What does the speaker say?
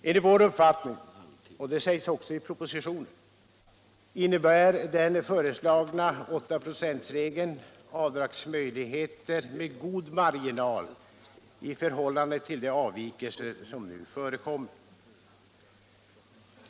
Enligt vår uppfattning, och det framhålls också i propositionen, innebär den föreslagna 8-procentsregeln avdragsmöjligheter med god marginal i förhållande till de avvikelser som nu förekommer.